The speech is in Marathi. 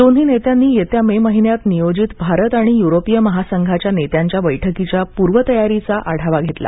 दोन्ही नेत्यांनी येत्या मे महिन्यात नियोजित भारत आणि युरोपीय महासंघाच्या नेत्यांच्या बैठकीच्या पूर्वतयारीचा आढावा घेतला